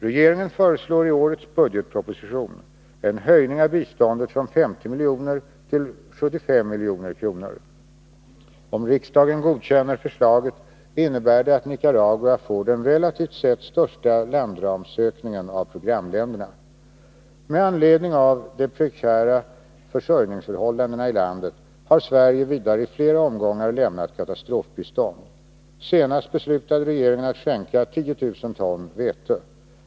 Regeringen föreslår i årets budgetproposition en höjning av biståndet från 50 milj.kr. till 75 milj.kr. Om riksdagen godkänner förslaget innebär det att Nicaragua får den relativt sett största landramsökningen av programländerna. Med anledning av de prekära försörjningsförhållandena i landet har Sverige vidare i flera omgångar lämnat katastrofbistånd. Senast beslutade regeringen att skänka 10 000 ton vete.